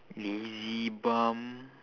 lazy bum